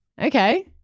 Okay